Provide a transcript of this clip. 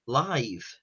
live